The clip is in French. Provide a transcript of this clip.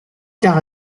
quart